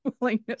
willingness